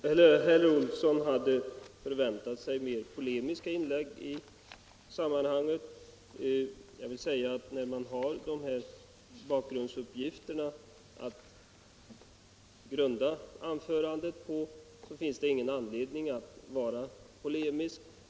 Fru talman! Herr Olsson i Edane förväntade sig mer polemiska inlägg i sammanhanget. Jag vill säga att när man har de här bakgrundsuppgifterna att grunda ett anförande på finns det ingen anledning att vara polemisk.